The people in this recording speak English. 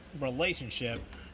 relationship